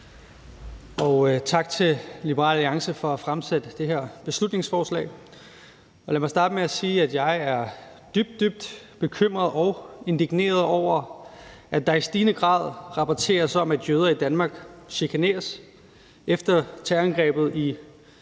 Og tak til Liberal Alliance for at fremsætte det her beslutningsforslag. Lad mig starte med at sige, at jeg er dybt, dybt bekymret og indigneret over, at der i stigende grad rapporteres om, at jøder i Danmark chikaneres efter terrorangrebet i